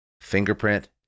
fingerprint